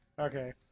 Okay